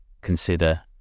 consider